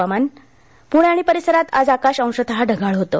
हवामान पुणे आणि परिसरांत आज आकाश अंशत ढगाळ होतं